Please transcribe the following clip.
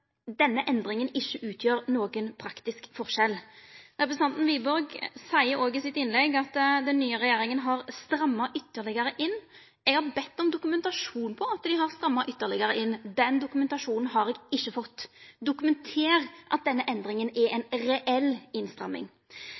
den nye regjeringa har stramma ytterlegare inn. Eg har bedt om dokumentasjon på at dei har stramma ytterlegare inn. Den dokumentasjonen har eg ikkje fått – dokumenter at denne endringa er ei reell innstramming.